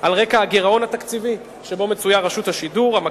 על רקע הגירעון התקציבי שרשות השידור נתונה בו,